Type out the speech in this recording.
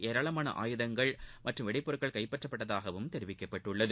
ஏராளமான ஆயுதங்கள் மற்றும் வெடிப்பொருட்கள் கைப்பற்றப்பட்டதாகவும் தெரிவிக்கப்பட்டுள்ளன